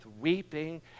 weeping